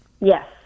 Yes